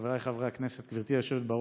חבריי חברי הכנסת, גברתי היושבת בראש,